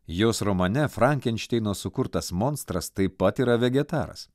jos romane frankenšteino sukurtas monstras taip pat yra vegetaras